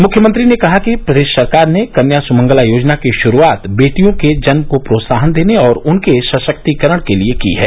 मुख्यमंत्री ने कहा कि प्रदेश सरकार ने कन्या सुमंगला योजना की शुरूआत बेटियों के जन्म को प्रोत्साहन देने और उनके सशक्तिकरण के लिए की है